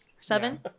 Seven